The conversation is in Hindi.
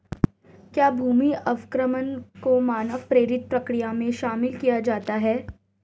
क्या भूमि अवक्रमण को मानव प्रेरित प्रक्रिया में शामिल किया जाता है?